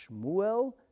Shmuel